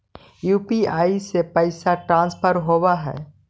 UPI से पैसा transfer होवहै?